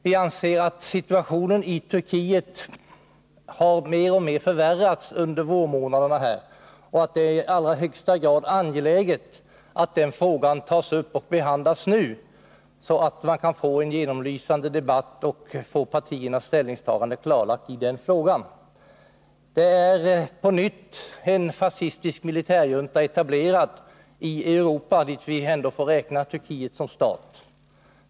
Vi anser att situationen i Turkiet har förvärrats mer och mer under vårmånaderna och att det är i allra högsta grad angeläget att den frågan tas upp och behandlas nu så att man kan få en genomlysande debatt och få partiernas ställningstaganden klarlagda i den frågan. Det är på nytt en fascistisk militärjunta etablerad i Europa, dit vi får räkna Turkiet som stat.